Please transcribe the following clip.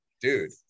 dude